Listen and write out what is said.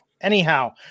anyhow